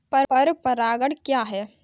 पर परागण क्या है?